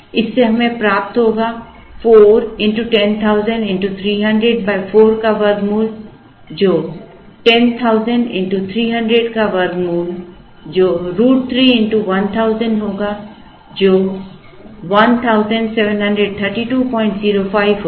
इससे हमें प्राप्त होगा 4 x 10000 x 300 4 का वर्गमूल जो 10000 x 300 का वर्गमूल जो √3 x 1000 होगा जो 173205 होगा